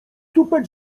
tupet